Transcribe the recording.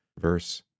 verse